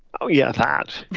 oh, yeah, that